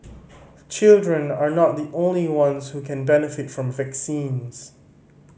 children are not the only ones who can benefit from vaccines